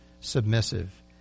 submissive